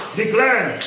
declare